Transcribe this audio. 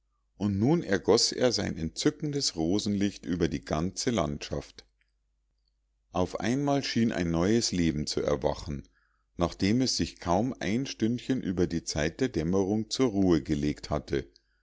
und nun ergoß er sein entzückendes rosenlicht über die ganze landschaft auf einmal schien ein neues leben zu erwachen nachdem es sich kaum ein stündchen über die zeit der dämmerung zur ruhe gelegt hatte